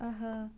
آہا